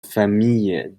famille